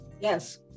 Yes